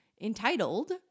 entitled